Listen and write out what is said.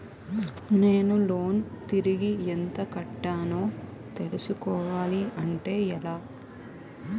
నేను లోన్ తిరిగి ఎంత కట్టానో తెలుసుకోవాలి అంటే ఎలా?